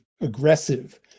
aggressive